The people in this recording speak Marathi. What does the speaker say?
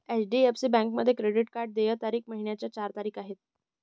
एच.डी.एफ.सी बँकेमध्ये क्रेडिट कार्ड देय तारीख महिन्याची चार तारीख आहे